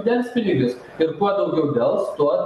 delspinigius ir kuo daugiau dels tuo